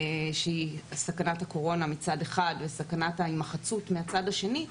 שהיא סכנת הקורונה מצד אחד וסכנת ההימחצות מהצד השני,